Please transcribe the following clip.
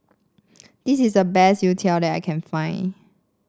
this is the best youtiao that I can find